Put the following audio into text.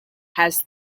has